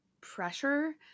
pressure